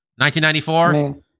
1994